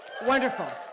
wonderful.